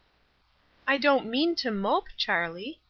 i don't mean to mope, charlie,